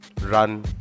run